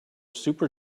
super